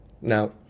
Now